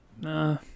Nah